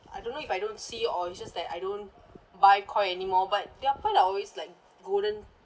I don't know if I don't see it or it's just that I don't buy Koi anymore but their pearl are always like golden